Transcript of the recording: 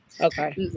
Okay